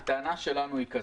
הטענה שלנו היא זו: